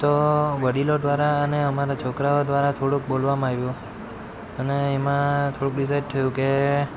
તો વડીલો દ્વારા અને અમારા છોકરાઓ દ્વારા થોડુંક બોલવામાં આવ્યું અને એમાં થોડુંક ડિસાઇડ થયું કે